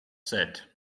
set